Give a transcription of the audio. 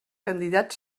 candidat